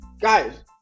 Guys